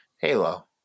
Halo